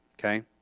okay